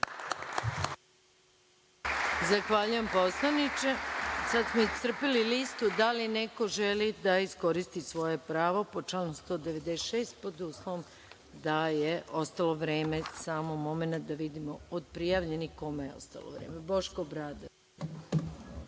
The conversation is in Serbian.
Zahvaljujem poslaniče. Iscrpeli smo listu. Da li neko želi da iskoristi svoje pravo po članu 196. pod uslovom da je ostalo vreme? Samo momenat da vidimo od prijavljenih kome je ostalo vreme. Boško Obradović